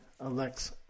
Alex